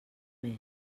més